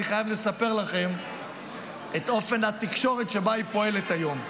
אני חייב לספר לכם על האופן שבו התקשורת פועלת היום.